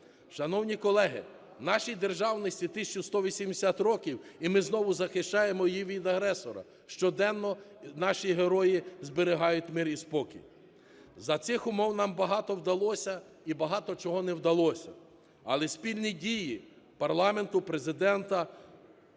Шановні колеги, нашій державності 1180 років, і ми знову захищаємо її від агресора, щоденно наші герої зберігають мир і спокій. За цих умов нам багато вдалося і багато чого не вдалося. Але спільні дії парламенту, Президента,